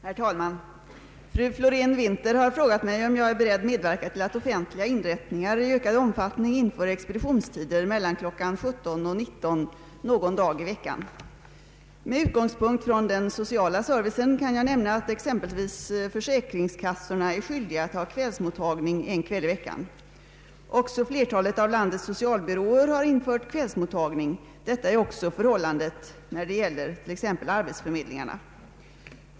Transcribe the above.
Herr talman! Fru Florén-Winther har frågat mig om jag är beredd medverka till att offentliga inrättningar i ökad omfattning inför expeditionsti der mellan kl. 17.00 och 19.00 någon dag i veckan. Med utgångspunkt från den sociala servicen kan jag nämna att exempelvis försäkringskassorna är skyldiga att ha kvällsmottagning en kväll i veckan. Också flertalet av landets socialbyråer har infört kvällsmottagning. Detta är också förhållandet när det gäller t.ex. arbetsförmedlingarna.